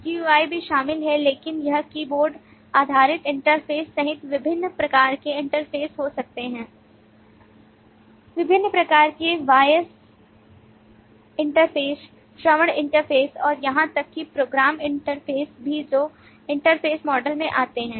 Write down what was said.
GUI भी शामिल है लेकिन यह कीबोर्ड आधारित इंटरफ़ेस सहित विभिन्न प्रकार के इंटरफेस हो सकता है विभिन्न प्रकार के वॉयस इंटरफ़ेस श्रवण इंटरफ़ेस और यहां तक कि प्रोग्राम इंटरफेस भी जो इंटरफ़ेस मॉडल में आते हैं